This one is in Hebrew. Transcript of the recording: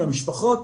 למשפחות,